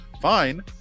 fine